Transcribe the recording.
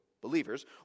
believers